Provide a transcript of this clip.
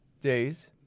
days